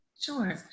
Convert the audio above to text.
Sure